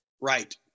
right